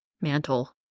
mantle